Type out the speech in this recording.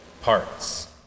parts